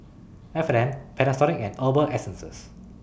F and N Panasonic and Herbal Essences